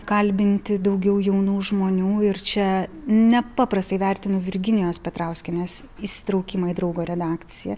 kalbinti daugiau jaunų žmonių ir čia nepaprastai vertinu virginijos petrauskienės įsitraukimą į draugo redakciją